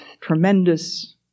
tremendous